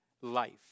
life